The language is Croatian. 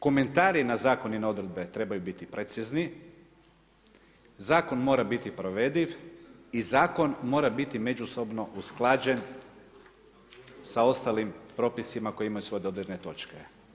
Komentari na zakon i odredbe trebaju biti precizni, zakon mora biti provediv i zakon mora biti međusobno usklađen sa ostalim propisima kojima su dodirne točke.